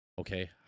okay